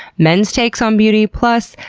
men's takes on beauty. plus,